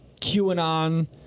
QAnon